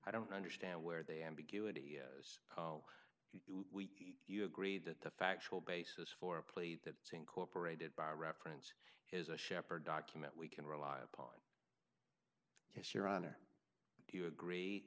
i don't understand where the ambiguity is oh you agree that the factual basis for a plea that incorporated by reference is a shepherd document we can rely upon yes your honor you agree